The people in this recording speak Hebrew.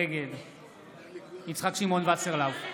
נגד יצחק שמעון וסרלאוף,